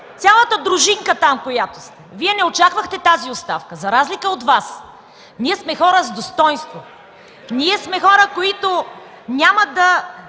цялата дружинка, която сте там, Вие не очаквахте тази оставка. За разлика от Вас ние сме хора с достойнство, ние сме хора, които няма да